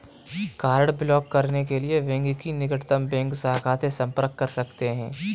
card block करने के लिए बैंक की निकटतम बैंक शाखा से संपर्क कर सकते है